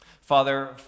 Father